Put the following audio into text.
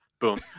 Boom